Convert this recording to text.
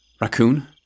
Raccoon